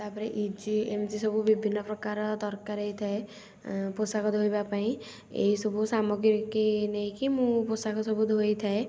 ତା'ପରେ ଇଜି ଏମିତି ସବୁ ବିଭିନ୍ନ ପ୍ରକାର ଦରକାର ହେଇଥାଏ ପୋଷାକ ଧାଇବା ପାଇଁ ଏହିସବୁ ସାମଗ୍ରୀ କି ନେଇକି ମୁଁ ପୋଷାକ ସବୁ ଧୋଇଥାଏ